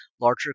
Larger